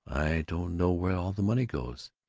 don't know where all the money goes